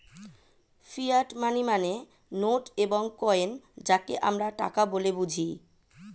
fiat money মানে note এবং coin যাকে আমরা টাকা বলে বুঝি